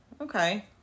Okay